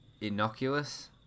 innocuous